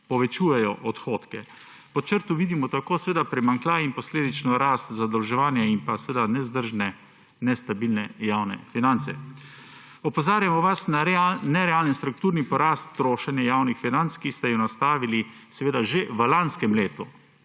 povečujejo odhodke. Pod črto vidimo tako primanjkljaj in posledično rast zadolževanja in nevzdržne, nestabilne javne finance. Opozarjamo vas na nerealen strukturni porast trošenja javnih financ, ki ste ga nastavili že v lanskem letu.